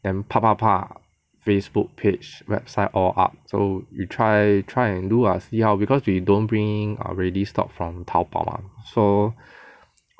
and Facebook page website all up so we try we try and do lah see how because we don't bring in err ready stock from Taobao mah so